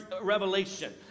revelation